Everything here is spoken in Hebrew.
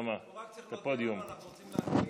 שנתניהו אינו מתכוון לעמוד בהסכמים עם כחול לבן,